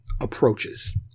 approaches